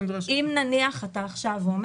אם נניח אתה אומר עכשיו: